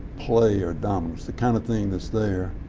play or dominance. the kind of thing that's their